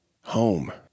Home